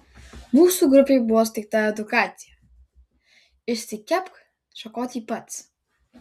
mūsų grupei buvo suteikta edukacija išsikepk šakotį pats